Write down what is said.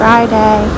Friday